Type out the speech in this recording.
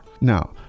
Now